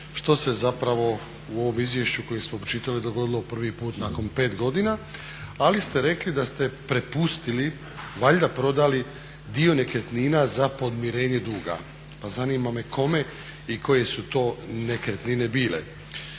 što se zapravo u ovom izvješću koje smo pročitali dogodilo prvi put nakon 5 godina. Ali ste rekli da ste prepustili valjda prodali dio nekretnina za podmirenje duga. Pa zanima me kome i koje su to nekretnine bile.